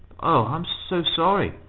oh! i'm so sorry!